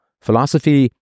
Philosophy